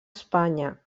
espanya